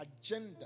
agenda